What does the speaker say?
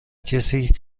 کسی